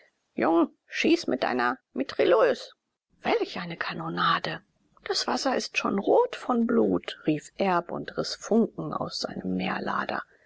jung schieße mit deiner mitrailleuse welch eine kanonade das wasser ist schon rot von blut rief erb und riß funken aus seinem